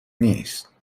نیست